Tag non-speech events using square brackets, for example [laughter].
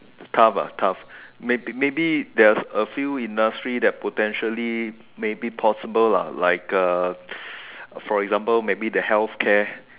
tough ah tough maybe maybe there's a few industry that potentially maybe possible lah like uh [noise] for example maybe the healthcare